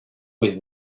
with